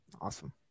Awesome